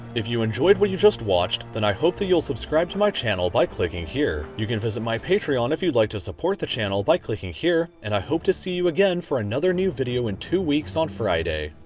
if you enjoyed what you just watched, then i hope you'll subscribe to my channel by clicking here. you can visit my patreon if you'd like to support the channel by clicking here. and i hope to see you again for another new video in two weeks on friday.